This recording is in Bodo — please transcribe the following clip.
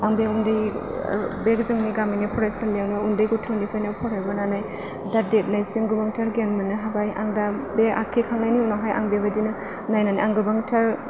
आं बे उन्दै बे जोंनि गामिनि फरायसालियाव उन्दै गथ'निफ्रायनो फरायबोनानै दा देरनायसिम गोबांथार गियान मोननो हाबाय आं दा बे आखिखांनायनि उनावहाय आं बेबायदिनो नायनानै आं गोबांथार